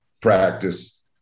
practice